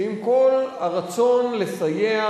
שעם כל הרצון לסייע